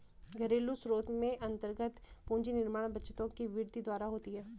घरेलू स्रोत में अन्तर्गत पूंजी निर्माण बचतों की वृद्धि द्वारा होती है